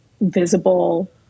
visible